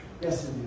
Yes